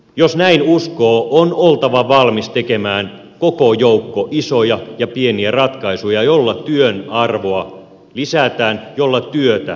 jos näin uskoo on oltava valmis tekemään koko joukko isoja ja pieniä ratkaisuja joilla työn arvoa lisätään joilla työtä lisätään